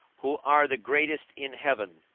who are the greatest in heaven,